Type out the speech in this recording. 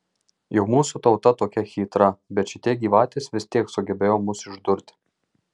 jau mūsų tauta tokia chytra bet šitie gyvatės vis tiek sugebėjo mus išdurti